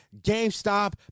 GameStop